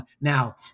now